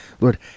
Lord